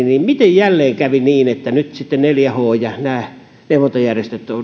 niin miten jälleen kävi niin että nyt sitten neljä h n ja näiden neuvontajärjestöjen